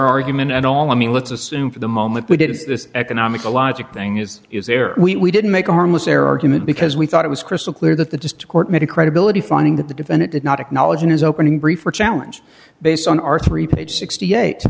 argument and all i mean let's assume for the moment we did is this economical logic thing is is there we didn't make a harmless error argument because we thought it was crystal clear that the just court made a credibility finding that the defendant did not acknowledge in his opening brief or challenge based on our three page